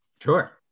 Sure